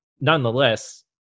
nonetheless